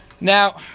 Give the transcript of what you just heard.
Now